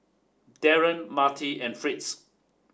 Darren Marty and Fritz